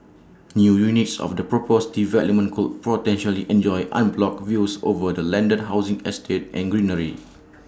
new units of the proposed development could potentially enjoy unblocked views over the landed housing estate and greenery